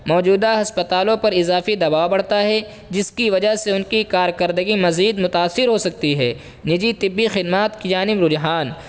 موجودہ ہسپتالوں پر اضافی دباؤ بڑھتا ہے جس کی وجہ سے ان کی کارکردگی مزید متاثر ہو سکتی ہے نجی طبی خدمات کی جانب رجحان